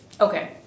Okay